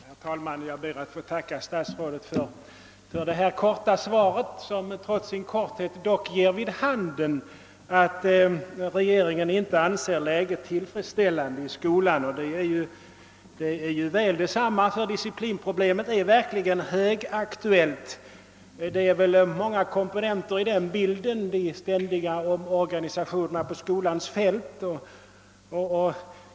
Herr talman! Jag ber att få tacka statsrådet för svaret, som trots sin kort het ger vid handen att regeringen inte anser situationen i skolan tillfredsställande. Det är ju bra. Disciplinproblemet i skolorna är verkligen högaktuellt. Det är väl många komponenter som där ingår i bilden. Jag nämner här bara de ständiga omorganisationerna på skolans område.